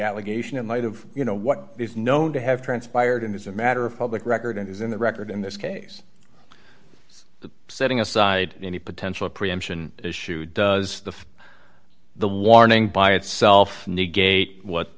allegation in light of you know what is known to have transpired and is a matter of public record and is in the record in this case the setting aside any potential preemption issue does the the warning by itself negate what